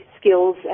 skills